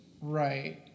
right